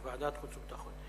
לוועדת חוץ וביטחון.